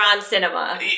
cinema